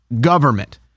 government